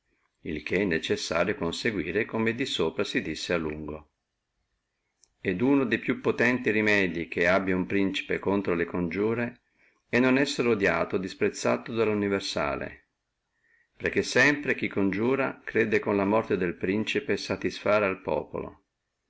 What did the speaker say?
il che è necessario conseguire come di sopra a lungo si disse et uno de più potenti rimedii che abbi uno principe contro alle coniure è non essere odiato dallo universale perché sempre chi congiura crede con la morte del principe satisfare al populo